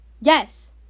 Yes